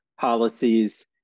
policies